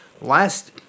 last